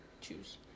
Choose